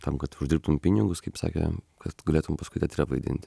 tam kad uždirbtum pinigus kaip sakė kad galėtum paskui teatre vaidinti